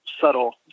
subtle